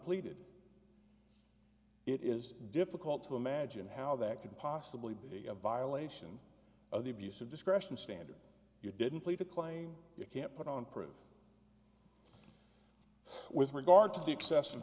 pleaded it is difficult to imagine how that could possibly be a violation of the abuse of discretion standard you didn't plead to claim you can't put on proof with regard to the excessive